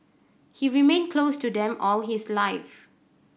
he remained close to them all his life